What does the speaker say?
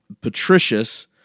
Patricius